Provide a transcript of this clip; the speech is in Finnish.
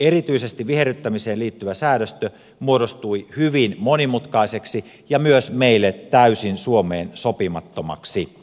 erityisesti viherryttämiseen liittyvä säädöstö muodostui hyvin monimutkaiseksi ja myös meille suomeen täysin sopimattomaksi